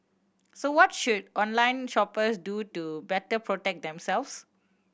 so what should online shoppers do to better protect themselves